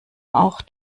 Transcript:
auch